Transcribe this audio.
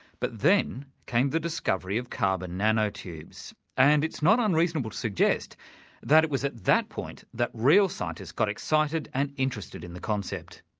but then came the discovery of carbon nanotubes. and it's not unreasonable to suggest that it was at that point that real scientists got excited and interested in the concept.